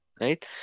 right